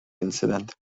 incident